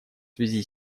связи